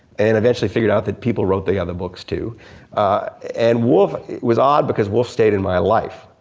and eventually figured out that people wrote the other books too and wolf was odd because wolf stayed in my life.